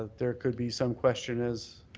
ah there could be some question as